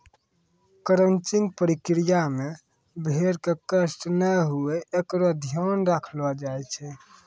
crutching प्रक्रिया मे भेड़ क कष्ट नै हुये एकरो ध्यान रखलो जाय छै